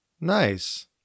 Nice